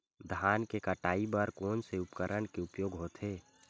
धान के कटाई बर कोन से उपकरण के उपयोग होथे?